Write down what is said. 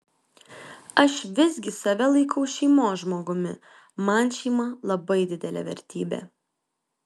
aš visgi save laikau šeimos žmogumi man šeima labai didelė vertybė